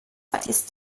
ist